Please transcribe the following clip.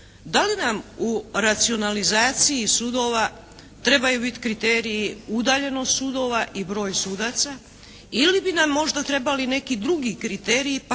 Da li nam u racionalizaciji sudova trebaju biti kriteriji udaljenost sudova i broj sudaca ili bi nam možda trebali neki drugi kriteriji pa